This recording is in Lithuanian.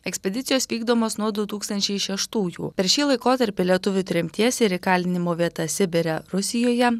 ekspedicijos vykdomos nuo du tūkstančiai šeštųjų per šį laikotarpį lietuvių tremties ir įkalinimo vietas sibire rusijoje